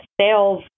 sales